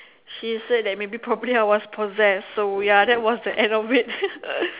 she said that maybe probably I was possessed so ya that was the end of it